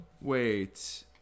wait